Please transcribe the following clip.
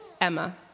Emma